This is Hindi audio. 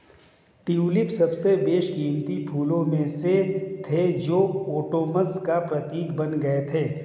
ट्यूलिप सबसे बेशकीमती फूलों में से थे जो ओटोमन्स का प्रतीक बन गए थे